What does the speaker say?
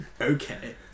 Okay